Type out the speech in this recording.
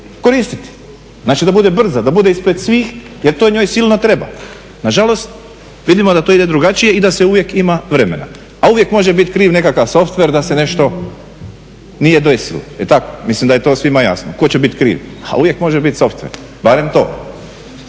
koristiti. Znači da bude brza, da bude ispred svih jer to njoj silno treba. Nažalost, vidimo da to ide drugačije i da se uvijek ima vremena. A uvijek može biti kriv nekakav softver da se nešto nije desilo jel tako? Mislim da je to svima jasno. Tko će biti kriv? A uvijek može biti softver, barem to.